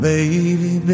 Baby